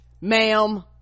ma'am